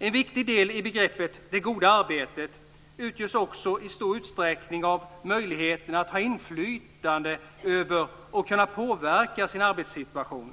En viktig del i begreppet "det goda arbetet" utgörs också i stor utsträckning av möjligheten att ha inflytande över och kunna påverka sin arbetssituation.